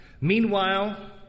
Meanwhile